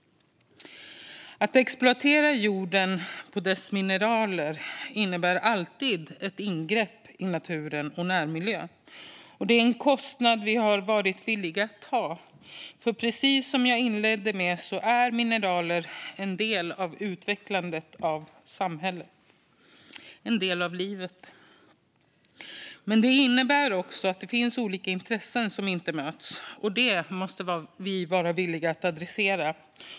Att exploatera jorden för dess mineral innebär alltid ett ingrepp i naturen och närmiljön. Det är en kostnad vi har varit villiga att ta, för precis som jag inledde med att säga är mineral en del av utvecklandet av samhället - en del av livet. Men exploateringen innebär också att det finns olika intressen som inte möts, och det måste vi vara villiga att adressera.